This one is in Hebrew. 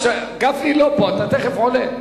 גפני לא פה, אתה תיכף עולה.